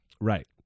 Right